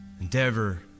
endeavor